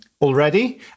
already